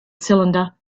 cylinder